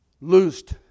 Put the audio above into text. loosed